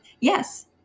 Yes